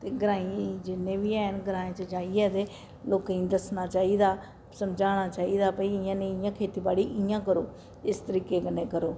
ते ग्राईं जिन्नै बी हैन ते ग्राएं च जाइयै ते लोकें गी दस्सना चाहिदा समझाना चाहिदा भाई इ'यां नेईं इ'यां खेती बाड़ी इ'यां करो ते इस तरीके कन्नै करो